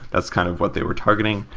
that's kind of what they were target, um